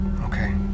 okay